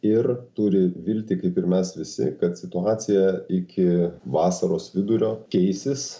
ir turi viltį kaip ir mes visi kad situacija iki vasaros vidurio keisis